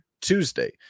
Tuesday